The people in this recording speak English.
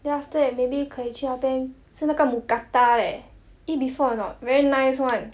then after that maybe 可以去那边吃那个 mookata leh eat before or not very nice [one]